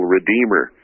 Redeemer